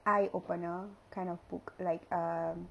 eye-opener kind of book like um